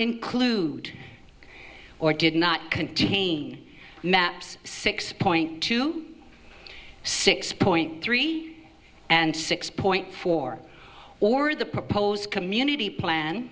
include or did not contain maps six point two six point three and six point four or the proposed community plan